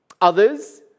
Others